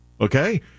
Okay